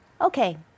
Okay